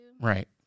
Right